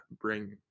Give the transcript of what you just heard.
bring